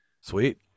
Sweet